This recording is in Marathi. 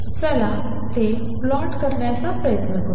चला ते प्लॉट करण्याचा प्रयत्न करूया